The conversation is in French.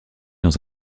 dans